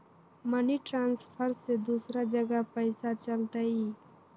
Money transfer से दूसरा जगह पईसा चलतई?